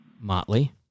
Motley